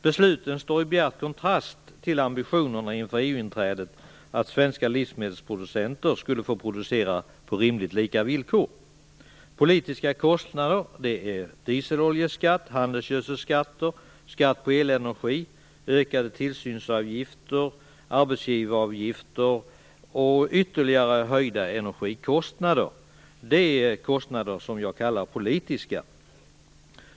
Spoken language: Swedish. Besluten står i bjärt kontrast till ambitionerna inför EU-inträdet, då man sade att svenska livsmedelsproducenter skulle få producera på rimligt lika villkor. Dieseloljeskatt, handelsgödselskatt, skatt på elenergi, ökade tillsynsavgifter och arbetsgivaravgifter och ytterligare höjda energikostnader är exempel på kostnader som jag vill kalla politiska.